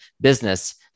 business